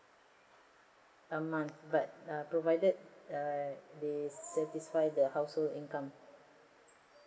a month but provided they satisfy the household income